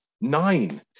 Nine